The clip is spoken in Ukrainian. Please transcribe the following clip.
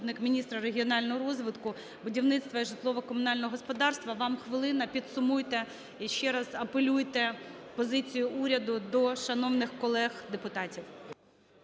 Дякую.